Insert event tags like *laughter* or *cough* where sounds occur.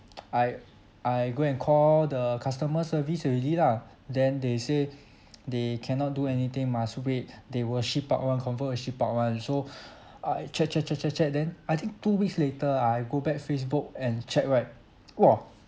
*noise* I I go and call the customer service already lah then they say they cannot do anything must wait they will ship out [one] confirm will ship out [one] so I check check check check check then I think two weeks later ah I go back facebook and check right *noise* !wah!